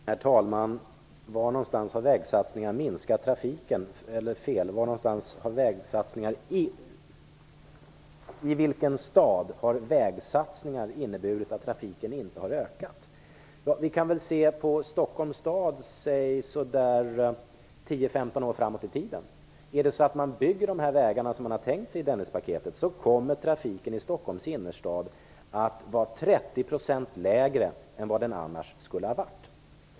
Herr talman! I vilken stad har vägsatsningar inneburit att trafiken inte har ökat? Vi kan tänka oss in i utvecklingen i Stockholms stad under 10-15 år framåt i tiden. Om man bygger de vägar som man har tänkt sig i Dennispaketet kommer trafiken i Stockholms innerstad att vara 30 % lägre än vad den annars skulle ha varit.